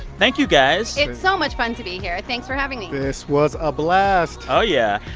thank you, guys it's so much fun to be here. thanks for having me this was a blast oh, yeah.